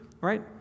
right